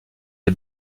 des